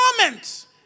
moment